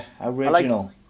original